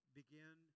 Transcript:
begin